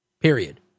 period